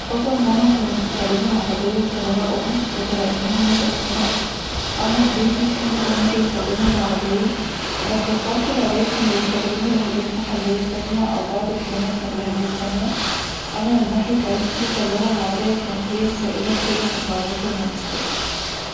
بابا ومانا بيتكلموا العربية كلغة أم، وده لأنهم نشأوا في مصر. أما أجدادي، فكانوا كمان يتكلموا العربية، بس في بعض الأوقات كانوا بيستخدموا لهجات محلية تانيه أو بعض كلمات من لهجات تانية. أما من ناحية عيلتي، اللغة العربية كانت هي السائدة في كل التفاعلات والمناسبات.